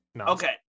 Okay